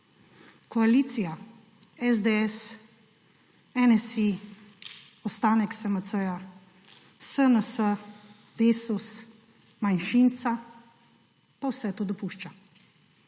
Koalicija – SDS, NSi, ostanek SMC-ja, SNS, Desus, manjšinca – pa vse to dopušča.